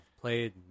played